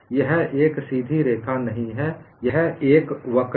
यह एक सीधी रेखा नहीं है यह एक वक्र है